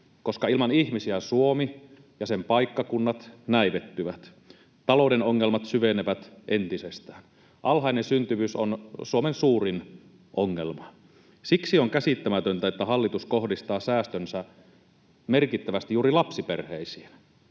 koska ilman ihmisiä Suomi ja sen paikkakunnat näivettyvät, talouden ongelmat syvenevät entisestään. Alhainen syntyvyys on Suomen suurin ongelma. Siksi on käsittämätöntä, että hallitus kohdistaa säästönsä merkittävästi juuri lapsiperheisiin.